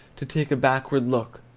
to take a backward look.